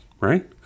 right